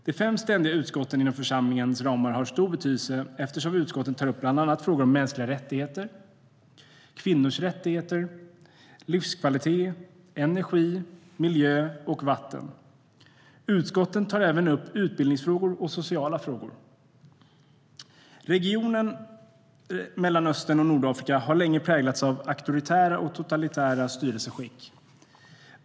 De fem ständiga utskotten inom församlingens ram har stor betydelse, eftersom utskotten tar upp bland annat frågor om mänskliga rättigheter, kvinnors rättigheter, livskvalitet, energi, miljö och vatten. Utskotten tar även upp utbildningsfrågor och sociala frågor. Regionen Mellanöstern och Nordafrika har länge präglats av auktoritära och totalitära styrelseskick.